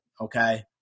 okay